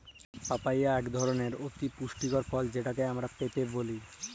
papaya ইকট ধরলের অতি পুষ্টিকর ফল যেটকে আমরা পিঁপা ব্যলি